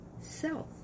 self